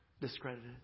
discredited